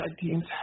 teams